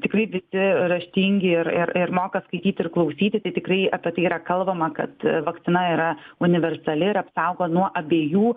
tikrai visi raštingi ir ir ir moka skaityti ir klausyti tikrai apie tai yra kalbama kad vakcina yra universali ir apsaugo nuo abiejų